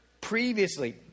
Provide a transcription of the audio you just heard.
previously